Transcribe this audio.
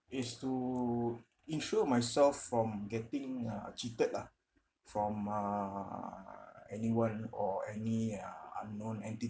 it's to insure myself from getting uh cheated lah from uh anyone or any uh unknown